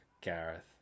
gareth